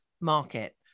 market